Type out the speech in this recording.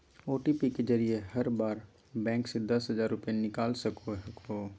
OTP के जरिए हर बार बैंक से दस हजार रुपए निकाल सको हखो